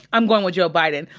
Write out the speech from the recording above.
i'm going with joe biden.